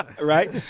Right